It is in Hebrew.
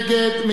מי נמנע?